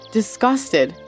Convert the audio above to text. Disgusted